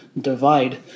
divide